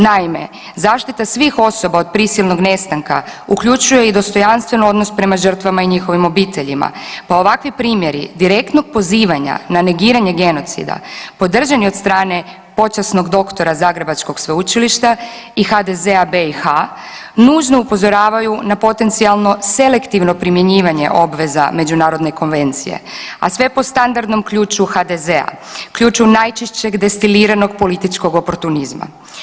Naime, zaštita svih osoba od prisilnog nestanka uključuje i dostojanstven odnos prema žrtvama i njihovim obiteljima, pa ovakvi primjeri direktnog pozivanja na negiranje genocida podržani od strane počasnog doktora Zagrebačkog sveučilišta i HDZ-a BiH nužno upozoravaju na potencijalno selektivno primjenjivanje obveza međunarodne konvencije, a sve po standardnom ključu HDZ-a, ključu najčešćeg destiliranog političkog oportunizma.